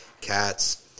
cats